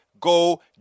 go